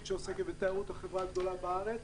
שעוסקת בתיירות בחברה הגדולה בארץ,